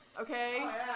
Okay